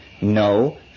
No